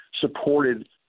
supported